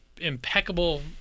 impeccable